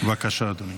נכבדה,